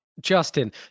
Justin